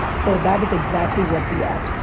so that is exactly what we asked.